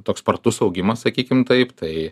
toks spartus augimas sakykim taip tai